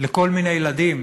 לכל מיני ילדים,